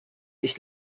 ich